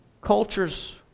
Cultures